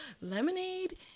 Lemonade